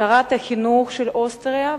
שרת החינוך של אוסטריה,